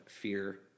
fear